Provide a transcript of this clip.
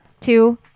Two